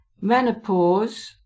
menopause